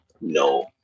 no